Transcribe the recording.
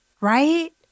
right